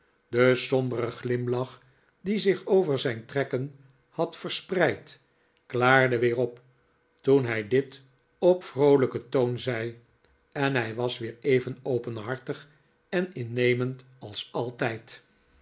de sombere glimlach die zich over zijn trekken had verspreid klaarde weer op toen hij dit op vroolijken toon zei en hij was weer even openhartig en innemend als altijd